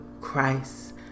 Christ